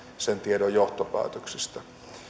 sen tiedon johtopäätöksistä